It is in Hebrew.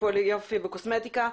טיפולי יופי וקוסמטיקה,